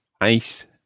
ice